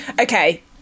Okay